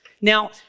Now